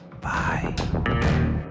Bye